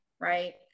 right